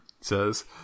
says